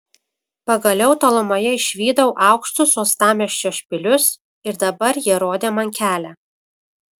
pagaliau tolumoje išvydau aukštus uostamiesčio špilius ir dabar jie rodė man kelią